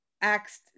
acts